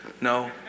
No